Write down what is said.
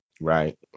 Right